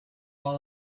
all